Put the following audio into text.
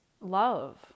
love